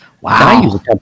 Wow